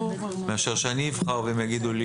מאשר שאני אבחר והם יגידו לי,